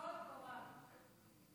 טול קורה.